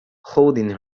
holding